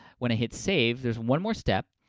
when i hit save, there's one more step.